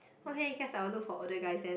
okay guess I will look for older guys then